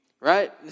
right